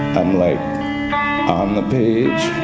i'm like on the page,